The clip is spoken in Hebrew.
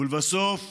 ולבסוף,